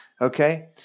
okay